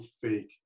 fake